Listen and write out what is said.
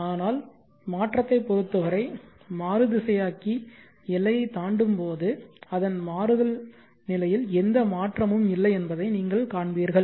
ஆனால் மாற்றத்தை பொருத்தவரை மாறுதிசையாக்கி ர் எல்லையைத் தாண்டும்போது அதன் மாறுதல் நிலையில் எந்த மாற்றமும் இல்லை என்பதை நீங்கள் காண்பீர்கள்